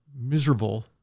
miserable